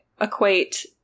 equate